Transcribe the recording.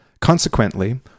Consequently